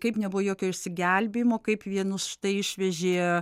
kaip nebuvo jokio išsigelbėjimo kaip vienus štai išvežė